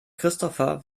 christopher